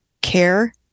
care